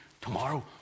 Tomorrow